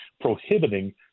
prohibiting